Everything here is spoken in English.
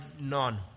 none